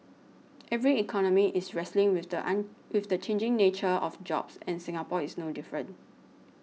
every economy is wrestling with the an with the changing nature of jobs and Singapore is no different